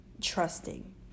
trusting